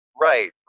Right